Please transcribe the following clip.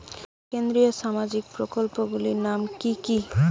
কেন্দ্রীয় সামাজিক প্রকল্পগুলি নাম কি কি?